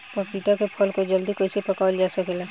पपिता के फल को जल्दी कइसे पकावल जा सकेला?